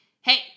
Hey